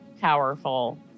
powerful